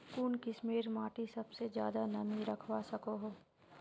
कुन किस्मेर माटी सबसे ज्यादा नमी रखवा सको हो?